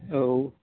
औ